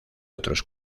otros